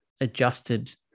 adjusted